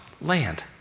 land